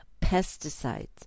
Pesticides